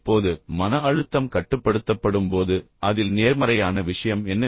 இப்போது மன அழுத்தம் கட்டுப்படுத்தப்படும்போது அதில் நேர்மறையான விஷயம் என்ன